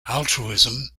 altruism